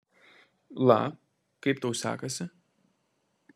la kaip tau sekasi